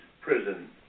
prison